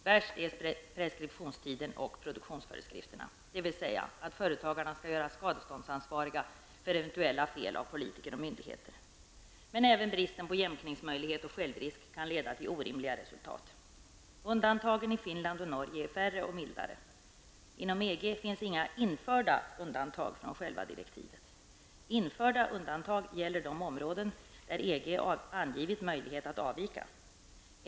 Värst är preskriptionstiden och produktionsföreskrifterna, dvs. att företagarna skall göras skadeståndsansvariga för eventuella fel av politiker och myndigheter. Även bristen på jämkningsmöjlighet och självrisk kan leda till orimliga resultat. Undantagen i Finland och Norge är färre och mildare. Inom EG finns inga införda undantag från själva direktivet. Införda undantag gäller de områden där EG angivit möjlighet att avvika.